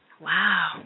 Wow